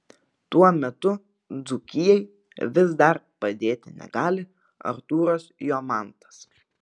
tuo metu dzūkijai vis dar padėti negali artūras jomantas